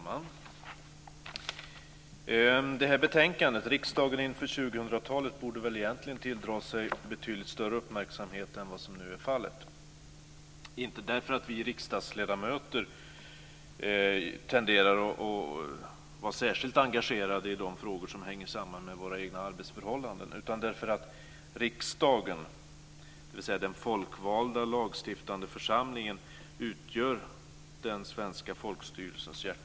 Herr talman! Betänkandet Riksdagen inför 2000 talet borde väl egentligen tilldra sig betydligt större uppmärksamhet än vad som nu är fallet - inte för att vi riksdagsledamöter tenderar att vara särskilt engagerade i frågor som hänger samman med våra egna arbetsförhållanden, utan för att riksdagen, dvs. den folkvalda lagstiftande församlingen, utgör den svenska folkstyrelsens hjärta.